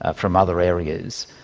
ah from other areas,